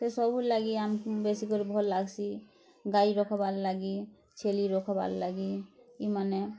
ସେ ସବୁର୍ ଲାଗି ଆମ୍କୁ ବେଶୀ କରି ଭଲ୍ ଲାଗ୍ସି ଗାଈ ରଖ୍ବାର୍ ଲାଗି ଛେଲି ରଖ୍ବାର୍ ଲାଗି ଇ ମାନେ